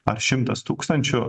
ar šimtas tūkstančių